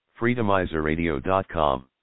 Freedomizerradio.com